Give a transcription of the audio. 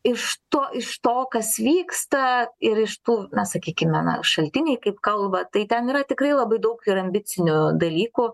iš to iš to kas vyksta ir iš tų na sakykime na šaltiniai kaip kalba tai ten yra tikrai labai daug ir ambicinių dalykų